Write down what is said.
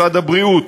משרד הבריאות,